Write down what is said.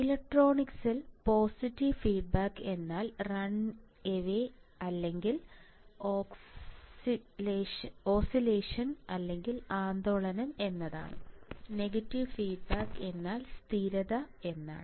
ഇലക്ട്രോണിക്സിൽ positive feedback എന്നാൽ run away അല്ലെങ്കിൽ oscillation ആന്ദോളനം എന്നാണ് നെഗറ്റീവ് ഫീഡ്ബാക്ക് എന്നാൽ സ്ഥിരത എന്നാണ്